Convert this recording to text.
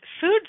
food